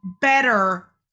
Better